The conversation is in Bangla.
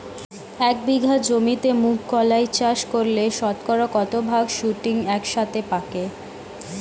এক বিঘা জমিতে মুঘ কলাই চাষ করলে শতকরা কত ভাগ শুটিং একসাথে পাকে?